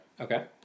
Okay